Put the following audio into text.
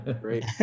Great